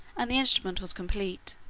and the instrument was complete.